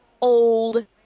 old